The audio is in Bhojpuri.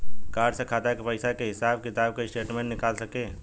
कार्ड से खाता के पइसा के हिसाब किताब के स्टेटमेंट निकल सकेलऽ?